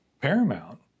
paramount